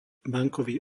bankový